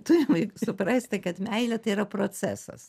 turime juk suprasti kad meilė tai yra procesas